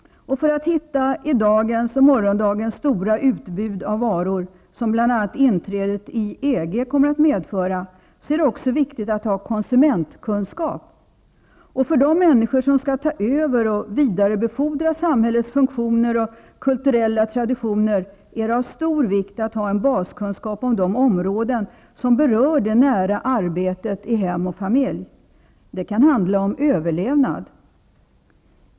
För att hitta i dagens och morgondagens stora utbud av varor, som bl.a. inträdet i EG kommer att medföra, är det också viktigt att ha konsumentkunskap. Och för de människor som skall ta över och vidarebefordra samhällets funktioner och kulturella traditioner är det av stor vikt att ha en baskunskap om de områden som berör det nära arbetet i hem och familj. Det kan handla om överlevnad.